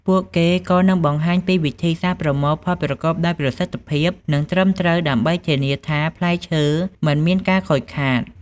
ពួកគេក៏នឹងបង្ហាញពីវិធីសាស្រ្តប្រមូលផលប្រកបដោយប្រសិទ្ធភាពនិងត្រឹមត្រូវដើម្បីធានាថាផ្លែឈើមិនមានការខូចខាត។